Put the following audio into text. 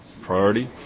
priority